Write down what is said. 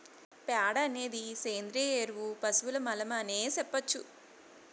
ప్యాడ అనేది సేంద్రియ ఎరువు పశువుల మలం అనే సెప్పొచ్చు